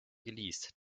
geleast